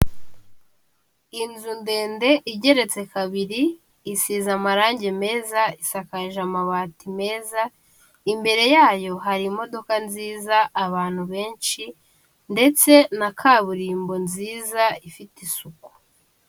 Inzu ndende igeretse kabiri isize amarangi meza isakayije amabati meza, imbere yayo hari imodoka nziza, abantu benshi ndetse na kaburimbo nziza ifite isuku.